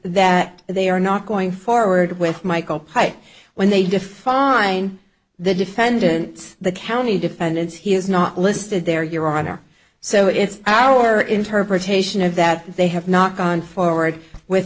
that they are not going forward with michael pike when they define the defendant the county defendants he is not listed there your honor so it's our interpretation of that they have not gone forward with